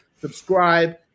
subscribe